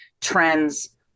trends